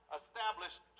established